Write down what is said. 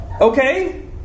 okay